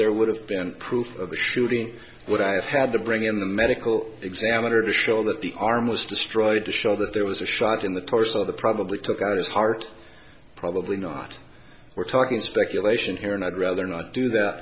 there would have been proof of the shooting but i had to bring in the medical examiner to show that the arm was destroyed to show that there was a shot in the torso the probably took out his heart probably not we're talking speculation here and i'd rather not do that